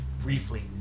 briefly